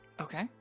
Okay